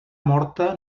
morta